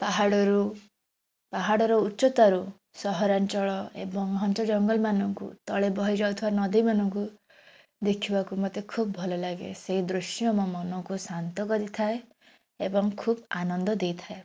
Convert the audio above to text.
ପାହାଡ଼ରୁ ପାହାଡ଼ର ଉଚ୍ଚତାରୁ ସହରାଞ୍ଚଳ ଏବଂ ଘଞ୍ଚ ଜଙ୍ଗଲମାନଙ୍କୁ ତଳେ ବହିଯାଉଥିବା ନଦୀମାନଙ୍କୁ ଦେଖିବାକୁ ମୋତେ ଖୁବ୍ ଭଲଲାଗେ ସେଇ ଦୃଶ୍ୟ ମୋ ମନକୁ ଶାନ୍ତ କରିଥାଏ ଏବଂ ଖୁବ୍ ଆନନ୍ଦ ଦେଇଥାଏ